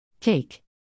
Cake